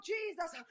Jesus